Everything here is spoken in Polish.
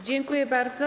Dziękuję bardzo.